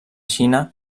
xina